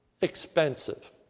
expensive